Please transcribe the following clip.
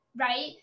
right